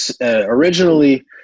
originally